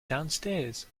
downstairs